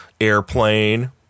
Airplane